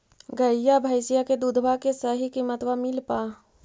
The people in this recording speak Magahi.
गईया भैसिया के दूधबा के सही किमतबा मिल पा?